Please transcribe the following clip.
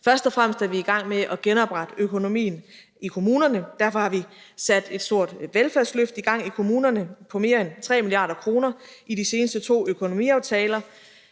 Først og fremmest er vi i gang med at genoprette økonomien i kommunerne, og derfor har vi sat et stort velfærdsløft i gang i kommunerne på mere end 3 mia. kr. i de seneste to økonomiaftaler.